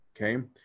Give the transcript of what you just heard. okay